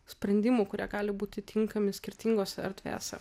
sprendimų kurie gali būti tinkami skirtingose erdvėse